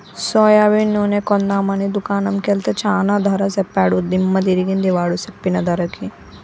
soybean నూనె కొందాం అని దుకాణం కెల్తే చానా ధర సెప్పాడు దిమ్మ దిరిగింది వాడు సెప్పిన ధరకి